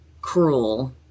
cruel